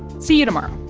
see you tomorrow